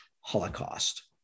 Holocaust